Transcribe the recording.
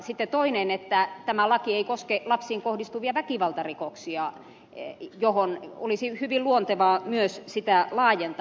sitten toinen asia on että tämä laki ei koske lapsiin kohdistuvia väkivaltarikoksia joihin olisi hyvin luontevaa myös sitä laajentaa